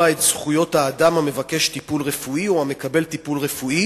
את זכויות האדם המבקש טיפול רפואי או המקבל טיפול רפואי